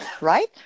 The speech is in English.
right